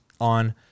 on